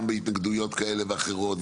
גם בהתנגדויות כאלה ואחרות,